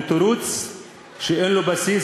הוא תירוץ שאין לו בסיס.